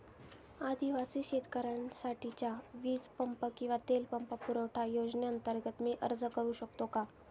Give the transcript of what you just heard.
आदिवासी शेतकऱ्यांसाठीच्या वीज पंप किंवा तेल पंप पुरवठा योजनेअंतर्गत मी अर्ज करू शकतो का?